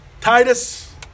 Titus